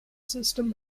system